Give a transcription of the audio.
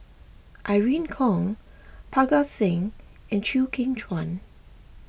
Irene Khong Parga Singh and Chew Kheng Chuan